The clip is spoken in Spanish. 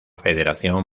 federación